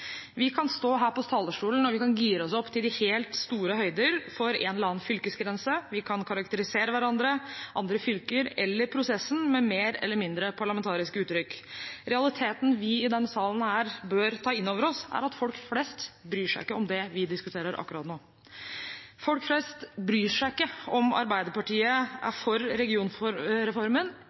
Vi kan stå her på talerstolen og gire oss opp til de helt store høyder for en eller annen fylkesgrense, vi kan karakterisere hverandre, andre fylker eller prosessen med mer eller mindre parlamentariske uttrykk. Realiteten vi i denne salen bør ta inn over oss, er at folk flest bryr seg ikke om det vi diskuterer akkurat nå. Folk flest bryr seg ikke om Arbeiderpartiet er for regionreformen,